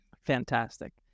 Fantastic